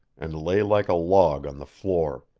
and lay like a log on the floor.